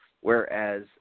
whereas